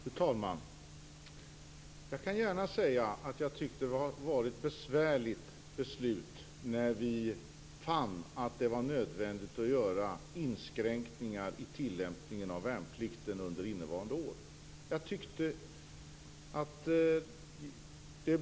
Fru talman! Jag kan gärna säga att jag tyckte det var besvärligt att fatta beslut om inskränkningar i tillämpningen av värnplikten under innevarande år, när vi fann att detta var nödvändigt.